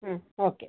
ಹ್ಞೂ ಓಕೆ